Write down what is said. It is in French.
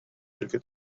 quelque